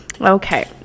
okay